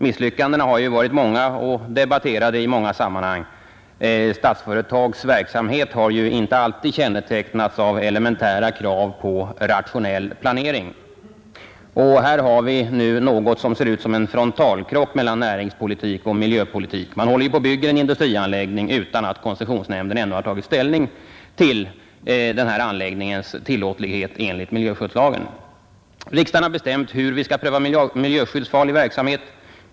Misslyckandena har varit många och debatterade i många sammanhang. Statsföretags verksamhet har inte alltid kännetecknats av elementära krav på rationell planering. Här har vi något som ser ut som en frontalkrock mellan näringspolitik och miljöpolitik. Man håller på att bygga en industrianläggning utan att koncessionsnämnden ännu har tagit ställning till denna anläggnings tillåtlighet enligt miljöskyddslagen. Riksdagen har bestämt hur vi skall pröva miljöfarlig verksamhet.